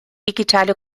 digitale